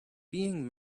being